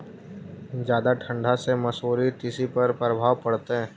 जादा ठंडा से मसुरी, तिसी पर का परभाव पड़तै?